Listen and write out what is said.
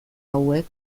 hauek